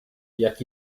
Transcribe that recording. jak